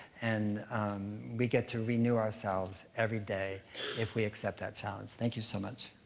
and we get to renew ourselves every day if we except that challenge. thank you so much.